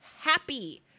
happy